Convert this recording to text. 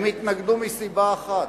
הם התנגדו מסיבה אחת,